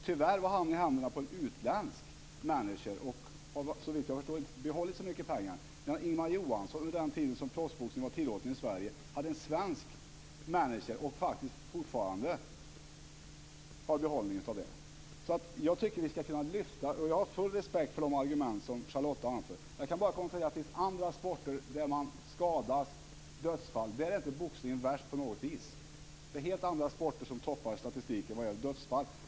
Tyvärr kom han i händerna på en utländsk manager och har såvitt jag förstår inte behållit så mycket pengar. Medan Ingemar Johansson, under den tid som proffsboxning var tillåten i Sverige, hade en svensk manager och faktiskt fortfarande har behållning av det. Jag har full respekt för de argument som Charlotta Bjälkebring anför, men jag kan ändå konstatera att det finns andra sporter där man skadas, där det förekommer dödsfall. Där är inte boxningen värst på något vis. Det är helt andra sporter som toppar statistiken vad gäller dödsfall.